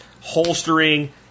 holstering